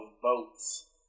boats